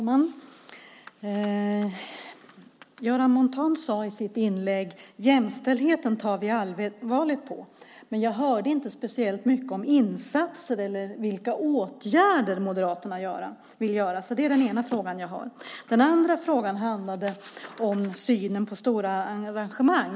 Herr talman! Göran Montan sade i sitt inlägg: Jämställdheten tar vi allvarligt på. Men jag hörde inte speciellt mycket om vilka insatser eller åtgärder Moderaterna vill göra. Det är den ena frågan jag har. Den andra frågan handlar om synen på stora arrangemang.